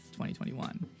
2021